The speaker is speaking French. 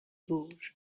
vosges